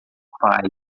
paz